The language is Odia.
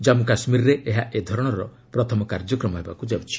ଜମ୍ମୁ କାଶ୍ମୀରରେ ଏହା ଏ ଧରଣର ପ୍ରଥମ କାର୍ଯ୍ୟକ୍ରମ ହେବାକୁ ଯାଉଛି